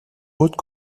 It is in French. haute